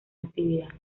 actividad